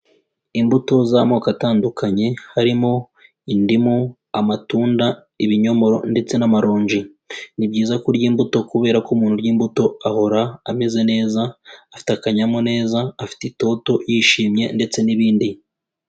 Imbuto z'amoko atandukanye harimo indimu, amatunda, ibinyomoro ndetse n'amaronji, ni byiza kurya imbuto kubera ko umuntu urya imbuto ahora ameze neza, afite akanyamuneza, afite itoto yishimye ndetse n'ibindi.